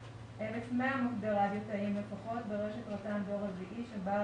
1,100 מוקדי רדיו תאיים לפחות ברשת רט"ן דור רביעי של בעל